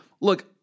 look